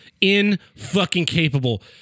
in-fucking-capable